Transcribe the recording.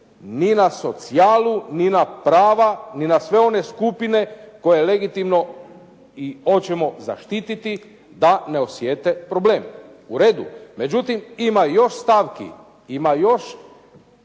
ni na socijalu, ni na prava, ni na sve one skupine koje legitimno i hoćemo zaštititi da ne osjete problem. U redu. Međutim ima još stavki, ima još